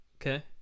Okay